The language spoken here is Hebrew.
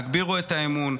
הגבירו את האמון,